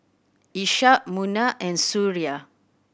Ishak Munah and Suria